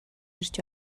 ирж